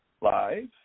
live